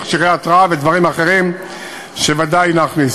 מכשירי התרעה ודברים אחרים שוודאי נכניס.